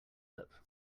lip